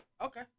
Okay